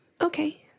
Okay